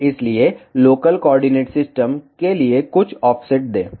इसलिए local coordinate system के लिए कुछ ऑफसेट दें